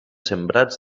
sembrats